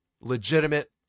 legitimate